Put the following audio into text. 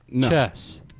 Chess